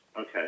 Okay